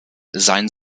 sein